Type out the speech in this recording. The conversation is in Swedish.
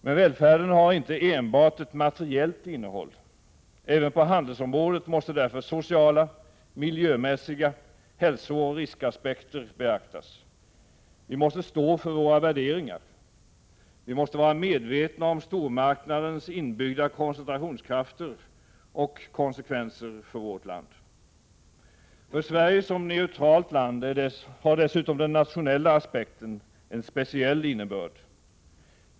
Men välfärden har inte enbart ett materiellt innehåll. Även på handelsområdet måste därför sociala, miljömässiga, hälsooch riskaspekter beaktas. Vi måste stå för våra värderingar. Vi måste vara medvetna om stormarknadens inbyggda koncentrationskrafter och konsekvenser för vårt land. För Sverige som neutralt land har dessutom den nationella aspekten en speciell innebörd.